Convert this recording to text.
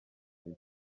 icyo